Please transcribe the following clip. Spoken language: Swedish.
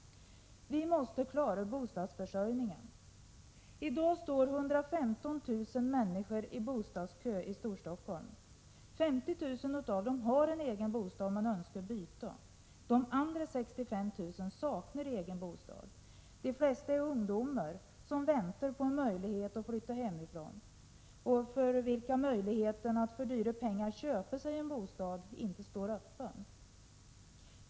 Vi måste klara bostadsförsörjningen. I dag står 115 000 människor i bostadskö i Storstockholm. 50 000 har egen bostad, men önskar byta. De andra 65 000 saknar egen bostad. De flesta är ungdomar, som väntar på en möjlighet att flytta hemifrån och för vilka möjligheten att för dyra pengar köpa sig en bostad inte står öppen.